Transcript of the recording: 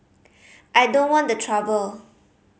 I don't want the trouble